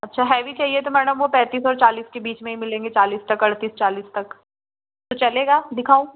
अच्छा हैवी चाहिए तो मैडम वो पैंतीस और चालीस के बीच में मिलेंगे चालीस तक अड़तीस चालीस तक तो चलेगा दिखाऊं